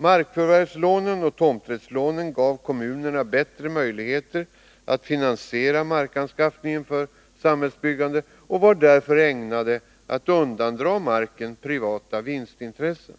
Markförvärvslånen och tomträttslånen gav kommunerna bättre möjligheter att finansiera markanskaffning för samhällsbyggande och var därför ägnade att undandra marken från privata vinstintressen.